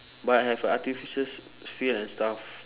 but have a artificial field and stuff